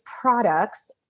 products